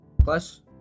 Plus